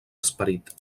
esperit